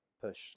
push